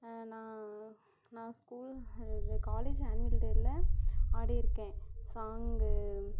நான் நான் ஸ்கூல் இது காலேஜ் ஆன்வல்டேயில ஆடியிருக்கேன் சாங்கு